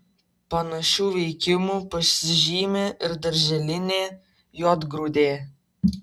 panašiu veikimu pasižymi ir darželinė juodgrūdė